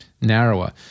narrower